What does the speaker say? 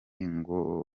igomba